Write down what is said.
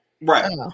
Right